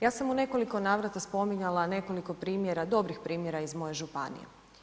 Ja sam u nekoliko navrata spominjala nekoliko primjera, dobrih primjera iz moje županije.